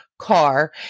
car